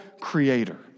creator